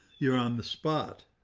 you're on the spot,